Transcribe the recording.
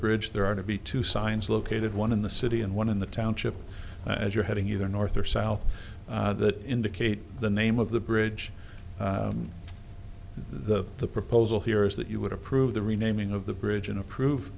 bridge there are to be two signs located one in the city and one in the township as you're heading either north or south that indicate the name of the bridge the the proposal here is that you would approve the renaming of the bridge and approve